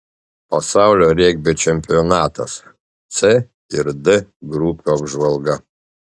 pasaulio regbio čempionatas c ir d grupių apžvalga